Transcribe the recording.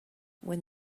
when